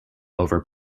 over